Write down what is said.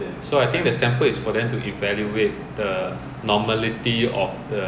accent there so I guess the one hour trial probably is to